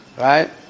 Right